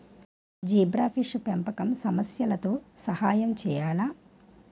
Zebrafish పెంపకం సమస్యలతో సహాయం చేయాలా?